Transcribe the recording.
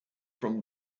from